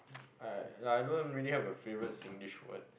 !wah! I I don't really have a favourite Singlish word